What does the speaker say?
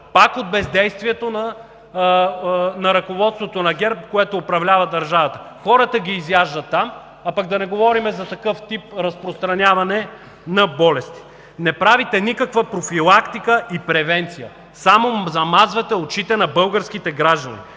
пак от бездействието на ръководството на ГЕРБ, което управлява държавата? Изяждат хората там, а пък да не говорим за такъв тип разпространяване на болестите. Не правите никаква профилактика и превенция, само замазвате очите на българските граждани.